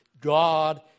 God